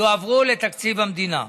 יועברו לתקציב המדינה.